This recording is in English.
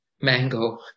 mango